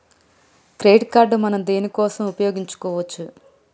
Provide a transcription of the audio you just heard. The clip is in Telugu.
క్రెడిట్ కార్డ్ మనం దేనికోసం ఉపయోగించుకోవచ్చు?